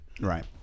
Right